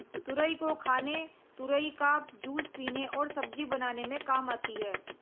तुरई को खाने तुरई का जूस पीने और सब्जी बनाने में काम आती है